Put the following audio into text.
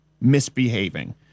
misbehaving